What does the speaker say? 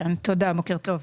תודה, בוקר טוב.